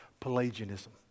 Pelagianism